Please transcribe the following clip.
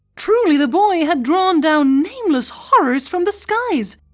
truly, the boy had drawn down nameless horrors from the skies.